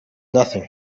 nothing